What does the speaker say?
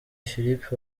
philip